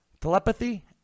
Telepathy